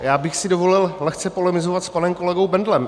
Já bych si dovolil lehce polemizovat s panem kolegou Bendlem.